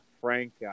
Frank